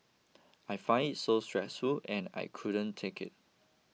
I found it so stressful and I couldn't take it